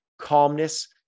calmness